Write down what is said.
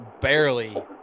barely